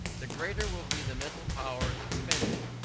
the greater will be the mental power expended,